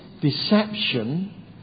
deception